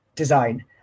Design